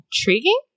intriguing